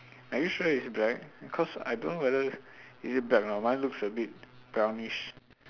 are you sure it's black cause I don't know whether is it black or not mine looks a bit brownish